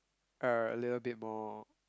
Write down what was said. are a little bit more